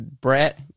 Brett